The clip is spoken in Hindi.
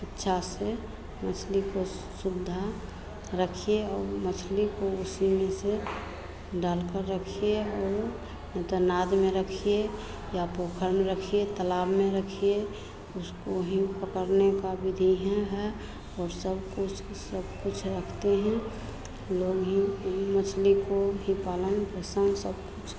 अच्छे से मछली को सुविधा रखिए और मछली को उसी में से डालकर रखिए और नहीं तो नदी में रखिए या पोखर में रखिए तलाब में रखिए उसको ही पकड़ने की विधि हैं है और सब कुछ सब कुछ रखते हैं लोग ही मछली को ही पालन पोषण सब कुछ